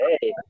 hey